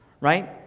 right